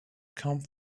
come